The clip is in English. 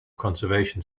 conservation